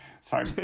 sorry